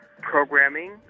programming